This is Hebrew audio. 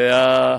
ו"בזן",